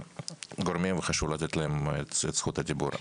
גורמים וחשוב לתת להם את זכות הדיבור.